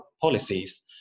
policies